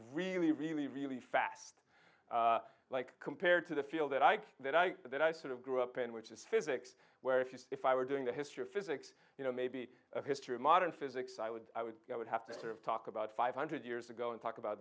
really really really fast like compared to the field that i that i that i sort of grew up in which is physics where if you if i were doing the history of physics you know maybe a history of modern physics i would i would go would happen sort of talk about five hundred years ago and talk about